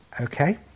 Okay